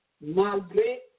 Malgré